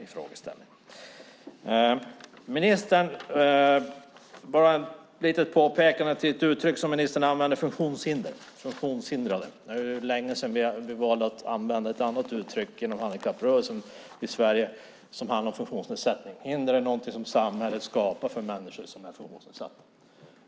Jag vill göra ett litet påpekande. Ministern använder uttrycket funktionshindrade. Det är länge sedan handikapprörelsen i Sverige valde att använda ett annat uttryck, nämligen funktionsnedsättning. Hinder är något som samhället skapar för människor som är funktionsnedsatta.